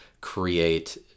create